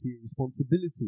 responsibility